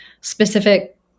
specific